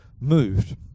moved